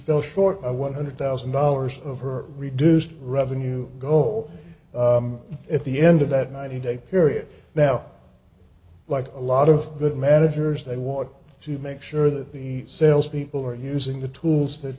fell short of one hundred thousand dollars of her reduced revenue goal at the end of that ninety day period now like a lot of good managers they want to make sure that the sales people are using the tools that